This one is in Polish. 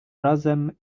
razem